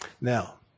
Now